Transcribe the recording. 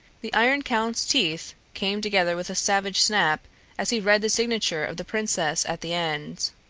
the iron count's teeth came together with a savage snap as he read the signature of the princess at the end.